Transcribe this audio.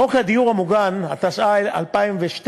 חוק הדיור המוגן, התשע"ב 2012,